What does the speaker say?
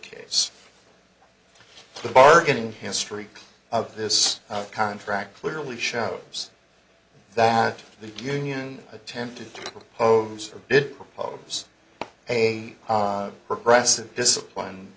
case the bargaining history of this contract clearly shows that the union attempted to propose or did propose a progressive discipline